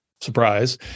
surprise